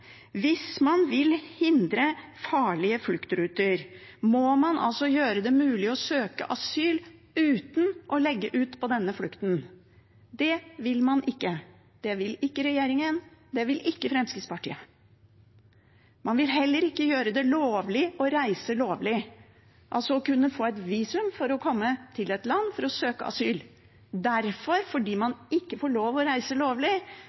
Hvis man vil hindre farlige fluktruter, må man gjøre det mulig å søke asyl uten å måtte legge ut på denne flukten. Det vil man ikke – det vil ikke regjeringen, det vil ikke Fremskrittspartiet. Man vil heller ikke gjøre det lovlig å reise, altså å kunne få et visum for å komme til et land for å søke asyl. Derfor: Fordi man ikke får lov til å reise lovlig,